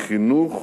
מחינוך